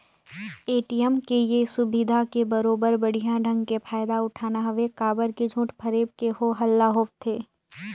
ATM के ये सुबिधा के बरोबर बड़िहा ढंग के फायदा उठाना हवे काबर की झूठ फरेब के हो हल्ला होवथे